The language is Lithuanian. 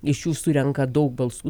iš jų surenka daug balsų